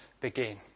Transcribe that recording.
begin